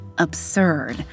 absurd